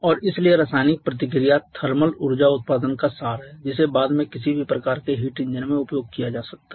और इसलिए रासायनिक प्रतिक्रिया थर्मल ऊर्जा उत्पादन का सार है जिसे बाद में किसी भी प्रकार के हीट इंजन में उपयोग किया जा सकता है